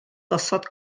gosod